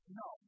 no